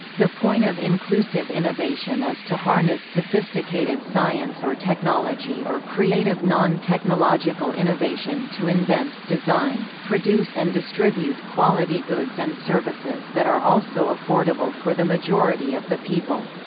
the point of inclusive innovation is to harness sophisticated science or technology or creative non-technological innovation to invent, design, produce and distribute quality goods and services that are also affordable for the majority of the people.